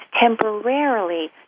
temporarily